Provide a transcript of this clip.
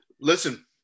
Listen